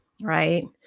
right